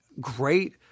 great